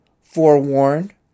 Forewarned